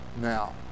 now